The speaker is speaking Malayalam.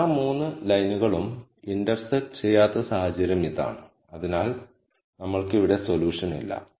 എല്ലാ 3 ലൈനുകളും ഇന്റർസെക്ട് ചെയ്യാത്ത സാഹചര്യം ഇതാണ് അതിനാൽ നമ്മൾക്ക് ഇവിടെ സൊല്യൂഷൻ ഇല്ല